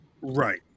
Right